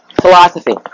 philosophy